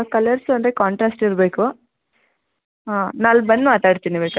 colours ಅಂದರೆ contrast ಇರಬೇಕು ಹಾಂ ನಾ ಅಲ್ಲಿ ಬಂದು ಮಾತಾಡ್ತೀನಿ ಬೇಕಾದರೆ